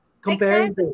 comparing